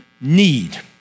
need